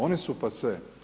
One su passe.